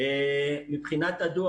מבחינת הדוח,